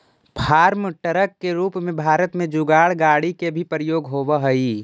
farm truck के रूप में भारत में जुगाड़ गाड़ि के भी प्रयोग होवऽ हई